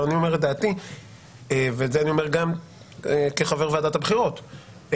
אני אומר את דעתי ואת זה אני אומר גם כחבר ועדת הבחירות המרכזית.